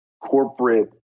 corporate